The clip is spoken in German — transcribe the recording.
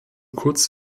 kurz